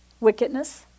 wickedness